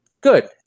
Good